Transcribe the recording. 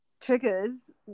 triggers